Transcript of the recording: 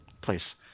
place